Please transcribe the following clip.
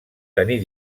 tenir